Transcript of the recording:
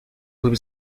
would